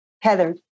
Heather